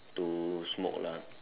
to smoke lah